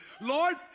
Lord